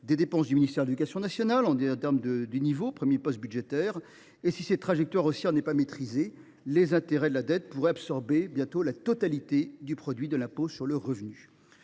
des dépenses du ministère de l’éducation nationale, notre premier poste budgétaire. À terme, si cette trajectoire haussière n’est pas maîtrisée, les intérêts de la dette pourraient absorber en totalité le produit de l’impôt sur le revenu.